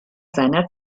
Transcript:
seiner